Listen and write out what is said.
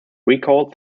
recalled